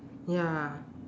ya